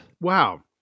Wow